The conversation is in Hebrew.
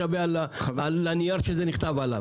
שווה לנייר שזה נכתב עליו,